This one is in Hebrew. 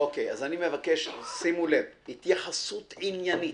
אוקיי, אז אני מבקש, שימו לב, התייחסות עניינית,